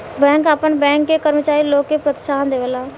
bank आपन bank के कर्मचारी लोग के प्रोत्साहन देवेला